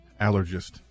allergist